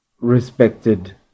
respected